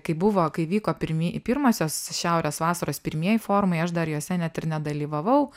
kai buvo kai vyko pirmi pirmosios šiaurės vasaros pirmieji forumai aš dar juose net ir nedalyvavau